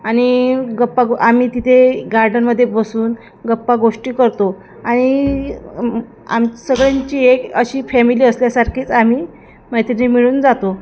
आणि गप्पा गो आम्ही तिथे गार्डनमध्ये बसून गप्पा गोष्टी करतो आणि आम सगळ्यांची एक अशी फॅमिली असल्यासारखीच आम्ही मैत्रिणी मिळून जातो